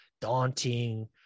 daunting